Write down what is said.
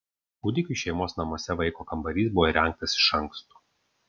kūdikiui šeimos namuose vaiko kambarys buvo įrengtas iš anksto